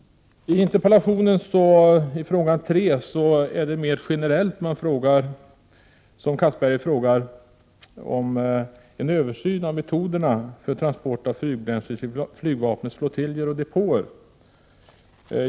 I interpellationens fråga 3 frågar Anders Castberger om en översyn av metoderna för transport av flygbränsle till flygvapnets flottiljer och depåer.